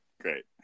great